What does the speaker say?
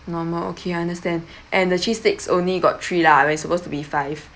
normal okay I understand and the cheese sticks only got three lah they're supposed to be five